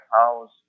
House